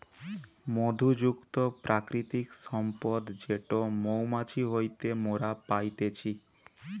মধু যুক্ত প্রাকৃতিক সম্পদ যেটো মৌমাছি হইতে মোরা পাইতেছি